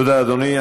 תודה, אדוני.